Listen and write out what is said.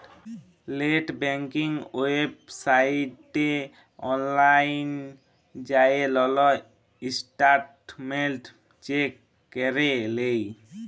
late banking ওয়েবসাইটে অললাইল যাঁয়ে লল ইসট্যাটমেল্ট চ্যাক ক্যরে লেই